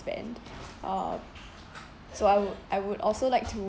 banned uh so I would I would also like to